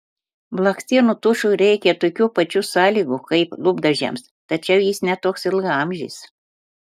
blakstienų tušui reikia tokių pačių sąlygų kaip lūpdažiams tačiau jis ne toks ilgaamžis